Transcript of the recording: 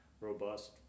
robust